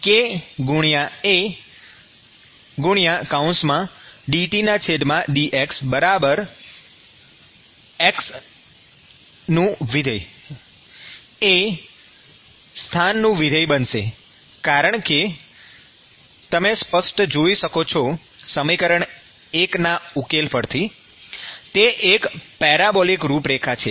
હવે qx kAdTdx f એ સ્થાનનું વિધેય બનશે કારણ કે તમે સ્પષ્ટ જોઈ શકો છો સમીકરણ ૧ ના ઉકેલ પરથી તે એક પેરાબોલિક રૂપરેખા છે